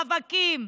רווקים,